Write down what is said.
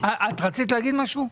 את רצית להגיד משהו?